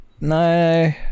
No